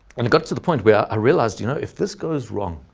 and it got to the point where i realized, you know, if this goes wrong,